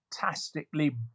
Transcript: fantastically